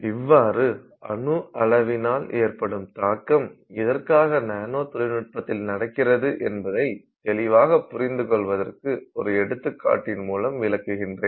இவ்வாறு அணு அளவினால் ஏற்படும் தாக்கம் எதற்காக நானோ தொழில்நுட்பத்தில் நடக்கிறது என்பதை தெளிவாக புரிந்துக்கொள்வதற்கு ஒரு எடுத்துக்காட்டின் மூலம் விளக்குகிறேன்